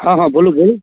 हँ हँ बोलू बोलू